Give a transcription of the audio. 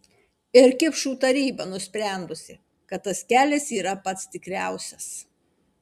ir kipšų taryba nusprendusi kad tas kelias yra pats tikriausias